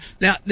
Now